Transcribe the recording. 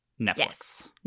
netflix